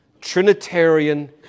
Trinitarian